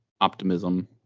optimism